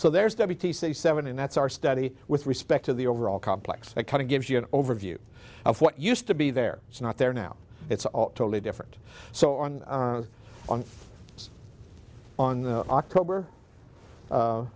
so there's that p t c seven and that's our study with respect to the overall complex that kind of gives you an overview of what used to be there it's not there now it's totally different so on on on the october